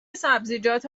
سبزیجات